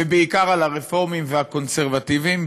ובעיקר על הרפורמים והקונסרבטיבים,